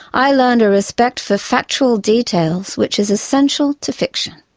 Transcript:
i learned a respect for factual details which is essential to fiction.